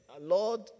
Lord